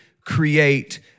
create